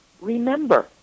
remember